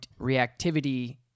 reactivity